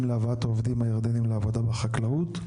להבאת העובדים הירדנים לעבודה בחקלאות.